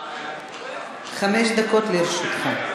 חמש דקות לרשותך.